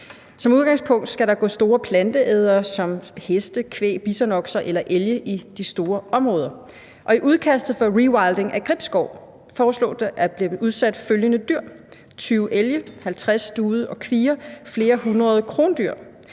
Som udgangspunkt skal der gå store planteædere som heste, kvæg, bisonokser eller elge i de store områder, og i udkastet for rewilding af Gribskov foreslås det, at der bliver udsat følgende dyr: 20 elge, 50 stude og kvier og flere hundrede krondyr.